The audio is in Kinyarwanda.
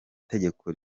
tegeko